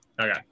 Okay